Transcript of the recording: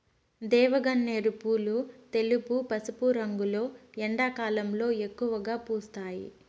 దేవగన్నేరు పూలు తెలుపు, పసుపు రంగులో ఎండాకాలంలో ఎక్కువగా పూస్తాయి